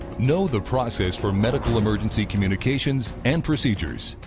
know the process for medical emergency communications and procedures,